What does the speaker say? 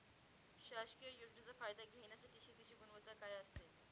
शासकीय योजनेचा फायदा घेण्यासाठी शेतीची गुणवत्ता काय असते?